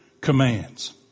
commands